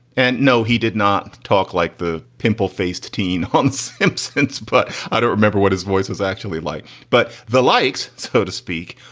and no, he did not talk like the pimple faced teen once since. but i don't remember what his voice was actually like. but the likes. so to speak,